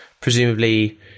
Presumably